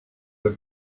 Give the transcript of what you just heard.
the